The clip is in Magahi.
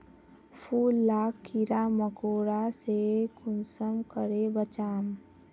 फूल लाक कीड़ा मकोड़ा से कुंसम करे बचाम?